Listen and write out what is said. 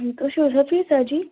تُہۍ چھُو حظ حفیٖظا جی